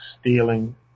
stealing